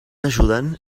ajudant